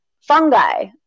fungi